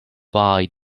buy